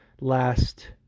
last